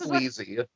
easy